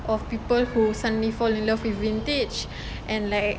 of people who suddenly fall in love with vintage and like